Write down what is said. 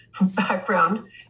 background